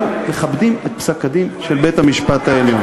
אנחנו מכבדים את פסק-הדין של בית-המשפט העליון.